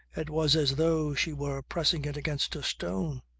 it was as though she were pressing it against a stone.